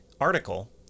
article